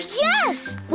yes